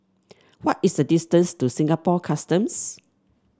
what is the distance to Singapore Customs